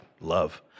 love